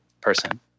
person